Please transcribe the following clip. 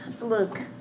Look